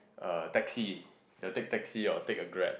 uh taxi they will take taxi or take a Grab